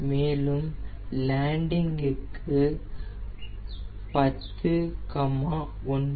மேலும் லேண்டிங்கை க்கு 10 9